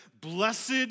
blessed